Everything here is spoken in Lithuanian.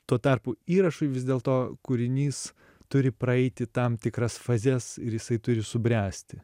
tuo tarpu įrašui vis dėlto kūrinys turi praeiti tam tikras fazes ir jisai turi subręsti